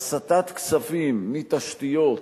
הסטת כספים מתשתיות